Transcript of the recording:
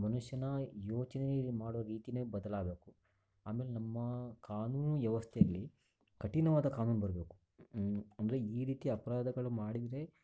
ಮನುಷ್ಯನ ಯೋಚನೆ ಮಾಡೋ ರೀತಿನೇ ಬದಲಾಗಬೇಕು ಆಮೇಲೆ ನಮ್ಮ ಕಾನೂನು ವ್ಯವಸ್ಥೆಯಲ್ಲಿ ಕಠಿಣವಾದ ಕಾನೂನು ಬರಬೇಕು ಅಂದರೆ ಈ ರೀತಿ ಅಪರಾಧಗಳು ಮಾಡಿದರೆ